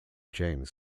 james